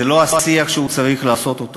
זה לא השיח שהוא צריך לעשות,